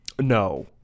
no